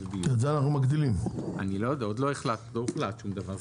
עוד לא הוחלט שום דבר.